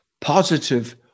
positive